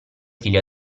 figlio